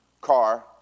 car